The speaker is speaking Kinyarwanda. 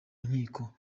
nkiko